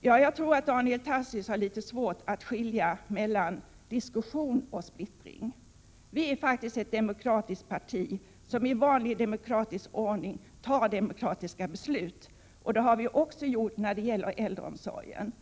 Jag tror att Daniel Tarschys har litet svårt att skilja mellan diskussion och splittring. Vi är faktiskt ett demokratiskt parti, som i vanlig demokratisk ordning fattar demokratiska beslut. Det har vi gjort också när det gäller äldreomsorgen.